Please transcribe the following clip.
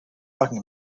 talking